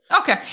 Okay